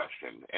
question